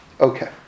Okay